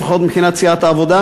לפחות מבחינת סיעת העבודה,